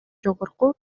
жогорку